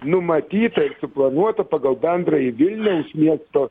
numatyta ir suplanuota pagal bendrąjį vilniaus miesto